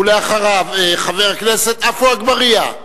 ואחריו, חבר הכנסת עפו אגבאריה.